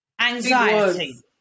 anxiety